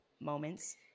moments